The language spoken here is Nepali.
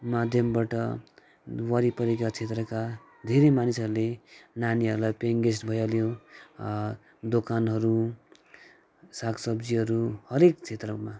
माध्यमबाट वरिपरिका क्षेत्रका धेरै मानिसहरूले नानीहरूलाई पेयिङ गेस्ट भइहाल्यो दोकानहरू सागसब्जीहरू हरेक क्षेत्रमा